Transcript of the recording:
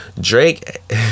Drake